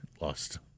lost